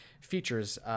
features